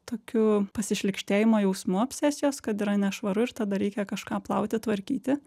tokiu pasišlykštėjimo jausmu obsesijos kad yra nešvaru ir tada reikia kažką plauti tvarkyti